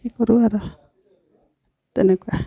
হেৰি কৰোঁ আৰু তেনেকুৱা